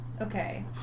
Okay